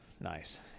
nice